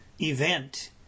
event